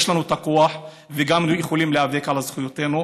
יש לנו את הכוח ואנחנו גם יכולים להיאבק על זכויותינו,